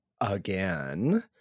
again